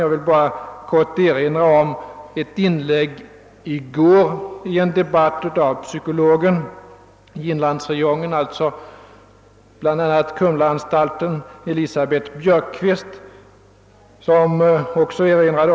Jag vill här erinra om ett inlägg som psykologen i inlandsräjongen, där bl.a. Kumlaanstalten ligger, Elisabeth Björkquist, gjorde i en debatt i går.